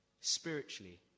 spiritually